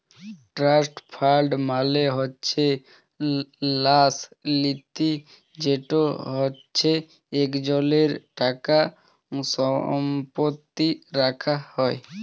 trust fund মালে হছে ল্যাস লিতি যেট হছে ইকজলের টাকা সম্পত্তি রাখা হ্যয়